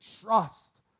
trust